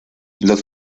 los